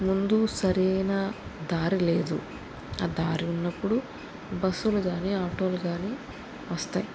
ముందు సరైన దారి లేదు ఆ దారి ఉన్నప్పుడు బస్సులు కానీ ఆటోలు కానీ వస్తాయి